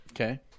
Okay